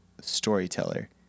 storyteller